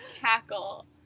cackle